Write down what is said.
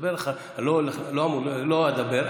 לדבר ולא אדבר,